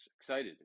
excited